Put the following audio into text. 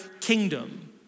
kingdom